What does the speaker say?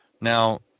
Now